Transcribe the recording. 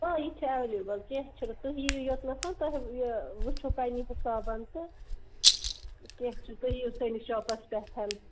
آ یہِ چھُ ایٚوَیلیبُل کیٚنٛہہ چھُنہٕ تُہۍ یِیِو یوٚتنس تۄہہِ یہِ وُچھو پنٕنہِ حِساب تہٕ کیٚنٛہہ چھُنہٕ تُہۍ یِیِو سٲنِس شاپَس پٮ۪ٹھ